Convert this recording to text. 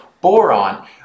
boron